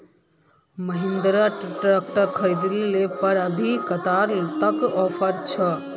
Mahindra tractor खरीद ले पर अभी कतेक तक ऑफर छे?